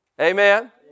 Amen